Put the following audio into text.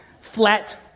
Flat